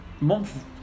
month